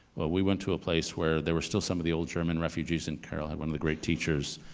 we went to a place where there were still some of the old german refugees and carol had one of the great teachers,